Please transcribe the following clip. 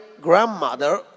grandmother